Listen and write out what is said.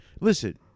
Listen